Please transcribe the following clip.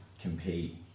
compete